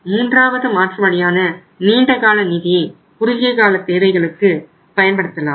மூன்றாவது மாற்று வழியான நீண்டகால நிதியை குறுகிய காலத் தேவைகளுக்கு பயன்படுத்தலாம்